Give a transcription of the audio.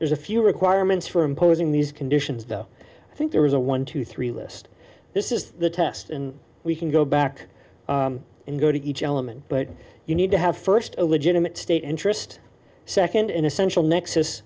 there's a few requirements for imposing these conditions though i think there is a one to three list this is the test and we can go back and go to each element but you need to have first a legitimate state interest second in essential nexus